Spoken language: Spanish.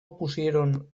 opusieron